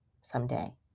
someday